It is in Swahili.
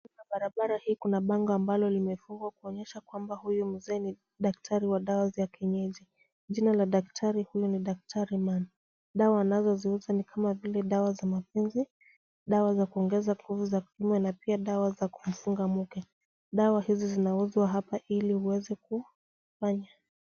Kwa Barbara hii Kuna bango ambalo limefungwa kuonyesha kwamba huyu mzee ni daktari wa dawa za kienyeji. Jina la daktari huyu ni daktari Man. Dawa anazoziuza ni kama vile dawa za mapenzi, dawa za kuongeza nguvu za kiume na pia dawa za kumfunga mke. Dawa hizi zinauzwa hapa ili uweze kufanya.